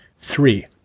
Three